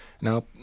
Now